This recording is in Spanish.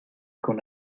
con